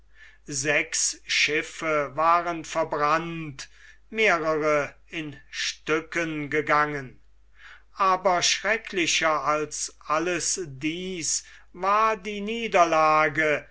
sechs schiffe waren verbrannt mehrere in stücken gegangen aber schrecklicher als alles dies war die niederlage